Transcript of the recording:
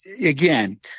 again